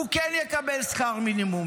כן יקבל שכר מינימום.